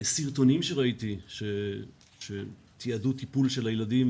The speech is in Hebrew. סרטונים שראיתי שתיעדו טיפול של הילדים